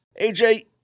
AJ